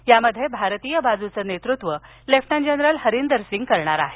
यामध्ये भारतीय बाजूचं नेतृत्व लेफ्टनंटर जनरल हरिंदर सिंग करणार आहेत